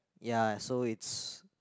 ya so it's